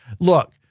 look